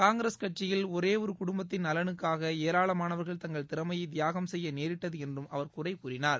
காங்கிரஸ் கட்சியில் ஒரே ஒரு குடும்பத்தின் நலனுக்காக ஏராளமானவர்கள் தங்கள் திறமையை தியாகம் செய்ய நேரிட்டது என்றும் அவர் குறை கூறினார்